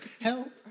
Help